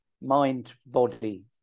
mind-body